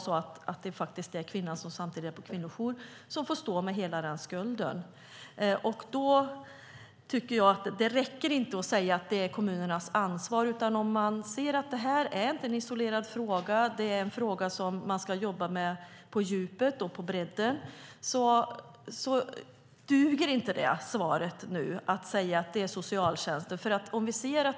Det kan vara kvinnan som bor på kvinnojouren som får stå med hela den skulden. Det räcker inte att säga att det är kommunernas ansvar. Om man ser att det här inte är en isolerad fråga utan en fråga som man ska jobba med på djupet och på bredden duger inte svaret att det är socialtjänstens ansvar.